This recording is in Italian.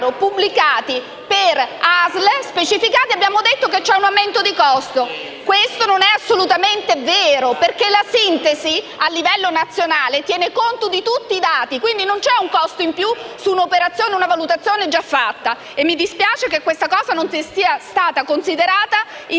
in chiaro e pubblicati, abbiamo detto che c'è un aumento di costo, ma questo non è assolutamente vero, perché la sintesi a livello nazionale tiene conto di tutti i dati e non c'è un costo in più su un'operazione e una valutazione già fatte. Mi dispiace che questa cosa non sia stata considerata